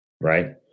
right